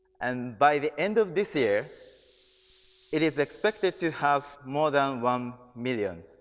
and by the end of this year it is expected to have more than one million.